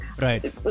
right